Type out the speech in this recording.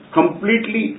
completely